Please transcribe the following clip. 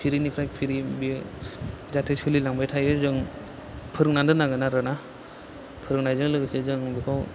फिरिनिफ्राय फिरि बेयो जाहाथे सोलिलांबाय थायो जों फोरोंनानै दोननांगोन आरो ना फोरोंनायजों लोगोसे जों बेखौ